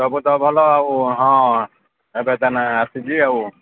ସବୁ ତ ଭଲ ଆଉ ହଁ ଏବେ ତାନେ ଆସିଛି ଆଉ